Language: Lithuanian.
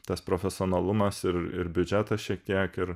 tas profesionalumas ir ir biudžetas šiek tiek ir